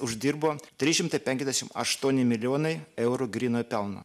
uždirbo trys šimtai penkiasdešimt aštuoni milijonai eurų grynojo pelno